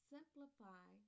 Simplify